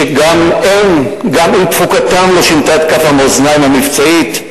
שגם אם תפוקתן לא שינתה את כף המאזניים המבצעית,